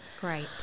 Great